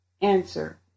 Answer